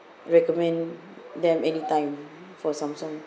recommend them anytime for samsung